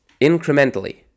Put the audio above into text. incrementally